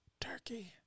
Turkey